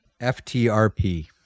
FTRP